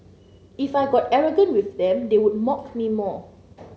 if I got arrogant with them they would mock me more